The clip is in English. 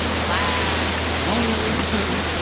class, colonialism.